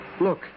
Look